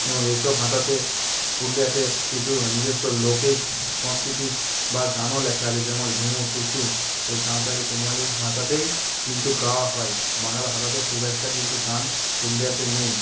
এবং এসব ভাষাতে পুরুলিয়াতে কিছু নিজস্ব লৌকিক সংস্কৃতি বা গানও লেখা আছে যেমন ঝুমুর টুসু এই সাঁওতালি কুড়মালি ভাষাতেই কিন্তু গাওয়া হয় বাংলা ভাষাতে খুব একটা কিন্তু গান পুরুলিয়াতে নেই